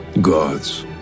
Gods